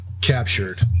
captured